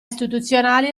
istituzionali